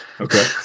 okay